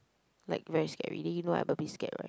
like very scary then you know I'm a bit scared right